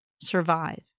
survive